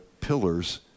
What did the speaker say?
pillars